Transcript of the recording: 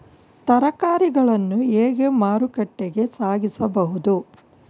ತರಕಾರಿಗಳನ್ನು ಹೇಗೆ ಮಾರುಕಟ್ಟೆಗೆ ಸಾಗಿಸಬಹುದು?